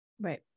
Right